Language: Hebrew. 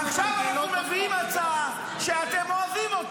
עכשיו אנחנו מביאים הצעה שאתם אוהבים,